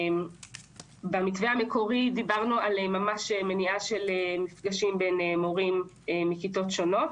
במתווה המקורי דיברנו ממש על מניעה של מפגשים בין מורים מכיתות שונות,